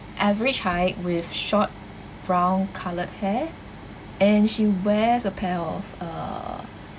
average height with short brown coloured hair and she wears a pair of uh